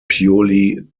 purely